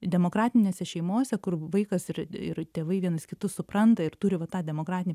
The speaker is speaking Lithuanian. demokratinėse šeimose kur vaikas ir ir tėvai vienas kitus supranta ir turi va tą demokratinį